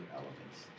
elements